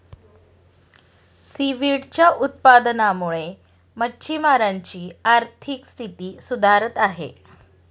सीव्हीडच्या उत्पादनामुळे मच्छिमारांची आर्थिक स्थिती सुधारत आहे